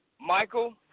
Michael